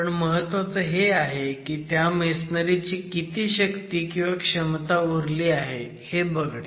पण महत्वाचं हे आहे की त्या मेसनरी ची कीती शक्ती किंवा क्षमता उरली आहे हे बघणे